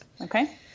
Okay